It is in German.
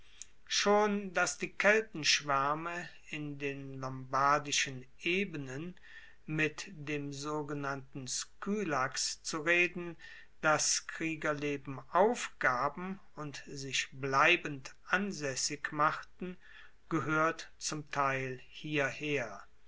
schon dass die keltenschwaerme in den lombardischen ebenen mit dem sogenannten skylax zu reden das kriegerleben aufgaben und sich bleibend ansaessig machten gehoert zum teil hierher